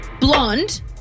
Blonde